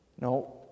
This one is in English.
no